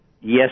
Yes